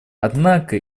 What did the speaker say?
однако